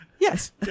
yes